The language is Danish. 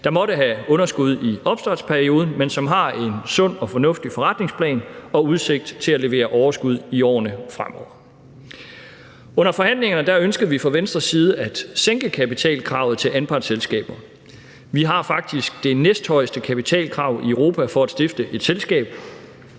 der måtte have underskud i opstartsperioden, men som har en sund og fornuftig forretningsplan og udsigt til at levere overskud i årene fremover. Under forhandlingerne ønskede vi fra Venstres side at sænke kapitalkravet til anpartsselskaber. Vi har faktisk det næsthøjeste kapitalkrav i Europa for at stifte et selskab.